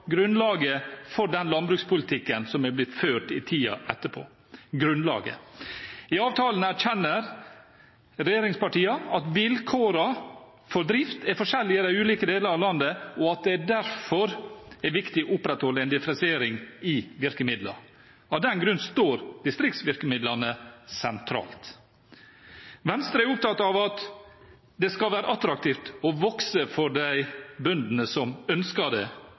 grunnlaget for den landbrukspolitikken som er blitt ført i tiden etterpå. I avtalen erkjenner regjeringspartiene at vilkårene for drift er forskjellig i ulike deler av landet, og at det derfor er viktig å opprettholde en differensiering i virkemidlene. Av den grunn står distriktsvirkemidlene sentralt. Venstre er opptatt av at det skal være attraktivt å vokse for de bøndene som ønsker det,